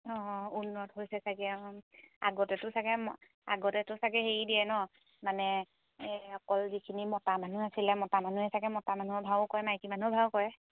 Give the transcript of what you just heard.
অঁ উন্নত হৈছে চাগে অঁ আগতেতো চাগে আগতেতো চাগে হেৰি দিয়ে ন মানে অকল যিখিনি মতা মানুহ আছিলে মতা মানুহে চাগে মতা মানুহৰ ভাও কৰে মাইকী মানুহৰ ভাও কৰে